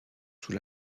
sous